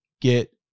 get